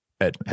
Ed